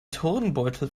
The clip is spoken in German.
turnbeutel